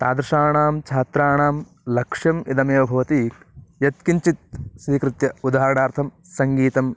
तादृशाणां छात्राणां लक्ष्यम् इदमेव भवति यत्किञ्चित् स्वीकृत्य उदाहरणार्थं सङ्गीतं